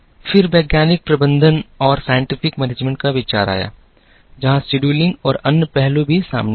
फिर वैज्ञानिक प्रबंधन का विचार आया जहाँ शेड्यूलिंग और अन्य पहलू भी सामने आए